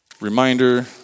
reminder